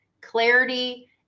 clarity